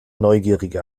neugierige